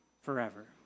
forever